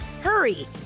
Hurry